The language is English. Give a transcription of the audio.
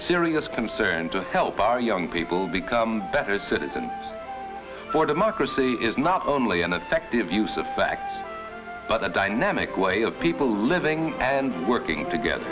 serious concern to help our young people become better citizens for democracy is not only an effective use of fact but a dynamic way of people living and working together